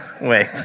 wait